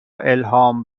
الهام